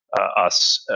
us,